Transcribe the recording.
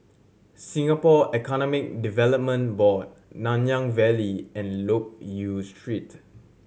Singapore Economic Development Board Nanyang Valley and Loke Yew Street